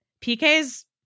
PK's